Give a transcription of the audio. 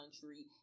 country